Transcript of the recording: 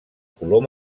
color